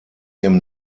dem